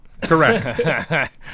Correct